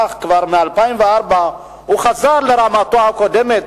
אך כבר ב-2004 הוא חזר לרמתו הקודמת,